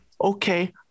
Okay